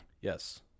Yes